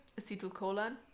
acetylcholine